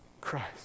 Christ